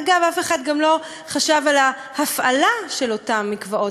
אגב, אף אחד גם לא חשב על ההפעלה של אותם מקוואות.